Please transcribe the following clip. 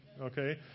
Okay